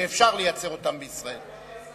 כשאפשר לייצר אותם בישראל.